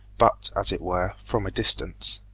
but, as it were, from a distance.